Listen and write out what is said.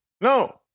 No